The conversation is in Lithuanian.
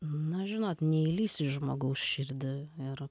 na žinot neįlįsi į žmogaus širdį ir